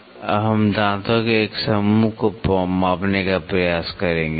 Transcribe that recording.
अब हम दांतों के एक समूह को मापने का प्रयास करेंगे